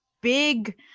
big